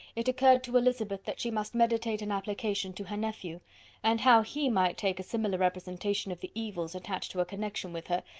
it occurred to elizabeth that she must meditate an application to her nephew and how he might take a similar representation of the evils attached to a connection with her,